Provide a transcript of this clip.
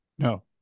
No